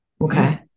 Okay